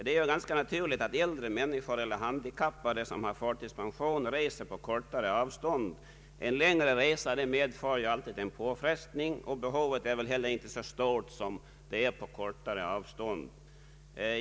Det är ganska naturligt att äldre människor eller handikappade som har förtidspension inte gärna reser så långt. En längre resa medför alltid en påfrestning, och behovet av långa resor är väl inte heller så stort.